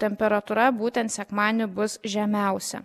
temperatūra būtent sekmadienį bus žemiausia